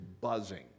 buzzing